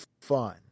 fun